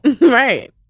Right